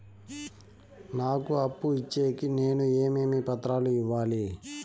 నాకు అప్పు ఇచ్చేకి నేను ఏమేమి పత్రాలు ఇవ్వాలి